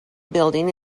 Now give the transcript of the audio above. building